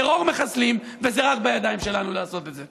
טרור מחסלים, וזה רק בידיים שלנו לעשות את זה.